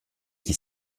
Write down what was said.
qui